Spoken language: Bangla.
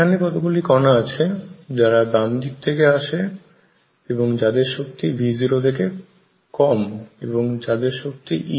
এখানে কতগুলি কনা আছে যারা বামদিক থেকে আসে এবং যাদের শক্তি V₀ থাকে কম এবং তাদের শক্তি E